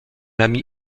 ami